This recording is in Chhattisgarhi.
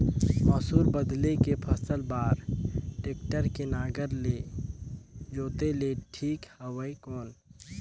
मसूर बदले के फसल बार टेक्टर के नागर ले जोते ले ठीक हवय कौन?